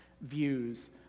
Views